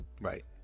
Right